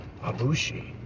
Abushi